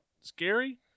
scary